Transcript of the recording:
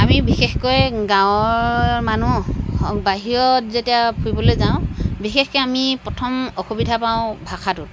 আমি বিশেষকৈ গাঁৱৰ মানুহ বাহিৰত যেতিয়া ফুৰিবলৈ যাওঁ বিশেষকৈ আমি প্ৰথম অসুবিধা পাওঁ ভাষাটোত